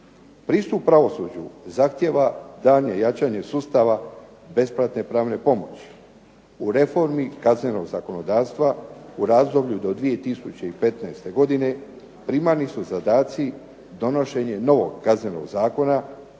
Pristup pravosuđu zahtjeva daljnje jačanje sustava besplatne pravne pomoći, u reformi kaznenog zakonodavstva u razdoblju do 2015. godine primarni su zadaci donošenje novog Kaznenog zakona,